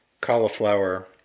Cauliflower